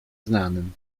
znanym